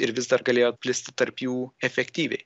ir vis dar galėjo plisti tarp jų efektyviai